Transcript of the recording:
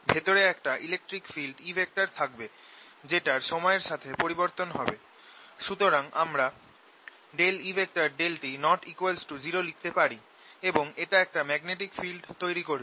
ভেতরে একটা electric field E থাকবে যেটার সময়ের সাথে পরিবর্তন হবে সুতরাং আমরা E∂t ≠0 লিখতে পারি এবং এটা একটা ম্যাগনেটিক ফিল্ড তৈরি করবে